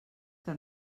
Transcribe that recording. que